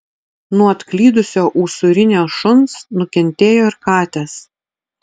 nuo atklydusio usūrinio šuns nukentėjo ir katės